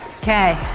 Okay